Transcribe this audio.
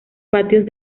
patios